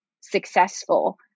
successful